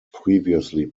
previously